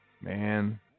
Man